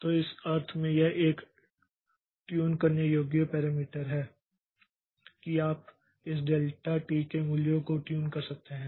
तो इस अर्थ में यह एक ट्यून करने योग्य पैरामीटर है कि आप इस डेल्टा टी के मूल्य को ट्यून कर सकते हैं